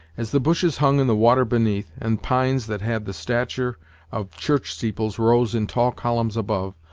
as the bushes hung in the water beneath, and pines that had the stature of church-steeples rose in tall columns above,